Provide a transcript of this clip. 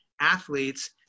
athletes